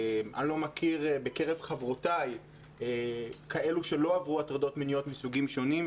אני לא מכיר בקרב חברותיי כאלו שלא עברו הטרדות מיניות מסוגים שונים.